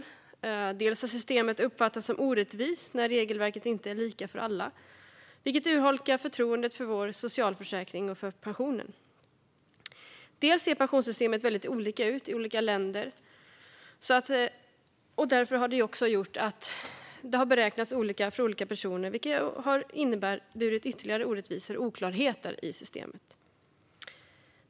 Dels har systemet uppfattats som orättvist när regelverket inte är lika för alla, vilket urholkar förtroendet för vår socialförsäkring och för pensionen. Dels ser pensionssystemet väldigt olika ut i olika länder. Det har också gjort att det beräknats olika för olika personer, vilket har inneburit ytterligare orättvisor och oklarheter i systemet.